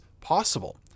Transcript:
possible